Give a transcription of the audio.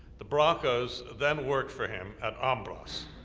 the bracas then worked for him at ambras.